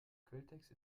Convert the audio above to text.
quelltext